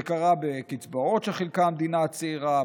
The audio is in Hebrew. זה קרה בקצבאות שחילקה המדינה הצעירה,